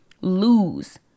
lose